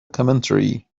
commentary